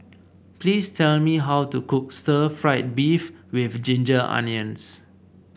please tell me how to cook Stir Fried Beef with Ginger Onions